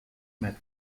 met